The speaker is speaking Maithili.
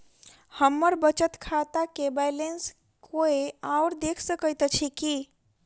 हम्मर बचत खाता केँ बैलेंस कोय आओर देख सकैत अछि की